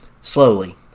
slowly